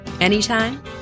Anytime